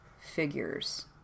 figures